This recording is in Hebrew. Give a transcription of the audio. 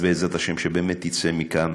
אז בעזרת השם, שבאמת תצא מכאן